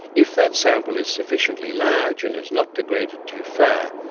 if that sample is sufficiently large and has not degraded too far,